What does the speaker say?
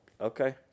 okay